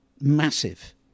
Massive